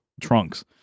trunks